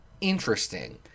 interesting